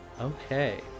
Okay